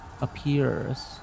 appears